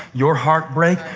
your heartbreak?